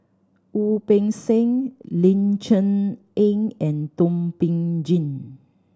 Wu Peng Seng Ling Cher Eng and Thum Ping Tjin